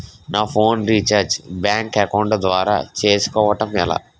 నా phone recharge bank account ద్వారా చేసుకోవటం ఎలా?